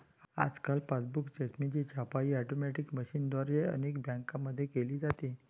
आजकाल पासबुक स्टेटमेंटची छपाई ऑटोमॅटिक मशीनद्वारे अनेक बँकांमध्ये केली जाते